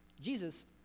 Jesus